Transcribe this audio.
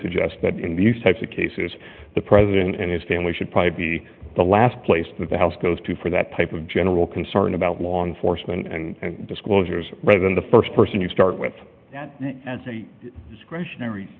suggest that in these types of cases the president and his family should probably be the last place that the house goes to for that type of general concern about law enforcement and disclosures rather than the st person you start with as a discretionary